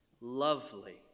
lovely